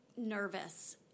nervous